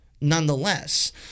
nonetheless